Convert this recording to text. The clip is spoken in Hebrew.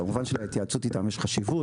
כמובן שלהתייעצות איתם יש חשיבות,